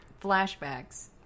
flashbacks